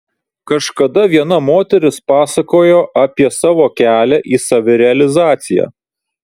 kažkada viena moteris pasakojo apie savo kelią į savirealizaciją